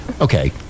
Okay